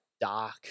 dark